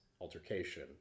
altercation